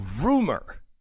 rumor